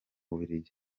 bubiligi